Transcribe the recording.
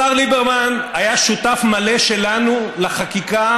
השר ליברמן היה שותף מלא שלנו לחקיקה